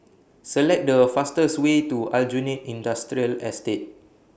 Select The fastest Way to Aljunied Industrial Estate